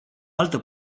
altă